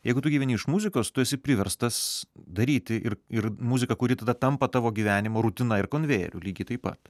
jeigu tu gyveni iš muzikos tu esi priverstas daryti ir ir muziką kuri tada tampa tavo gyvenimo rutina ir konvejeriu lygiai taip pat